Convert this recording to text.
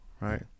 Right